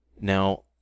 Now